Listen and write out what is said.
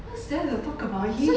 what's there to talk about him